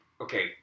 okay